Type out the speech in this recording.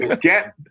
get